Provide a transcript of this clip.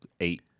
eight